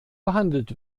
behandelt